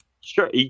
Sure